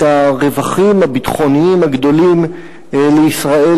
את הרווחים הביטחוניים הגדולים לישראל,